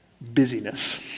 busyness